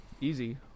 Easy